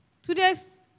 Today's